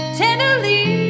tenderly